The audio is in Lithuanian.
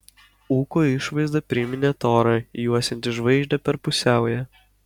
ūko išvaizda priminė torą juosiantį žvaigždę per pusiaują